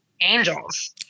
angels